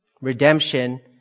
Redemption